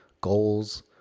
goals